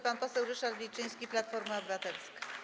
Pan poseł Ryszard Wilczyński, Platforma Obywatelska.